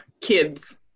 kids